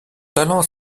talent